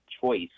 choice